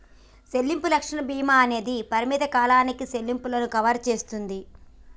సెల్లింపు రక్షణ భీమా అనేది పరిమిత కాలానికి సెల్లింపులను కవర్ సేస్తుంది